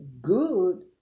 good